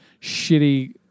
shitty